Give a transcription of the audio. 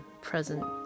present